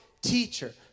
teacher